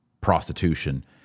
prostitution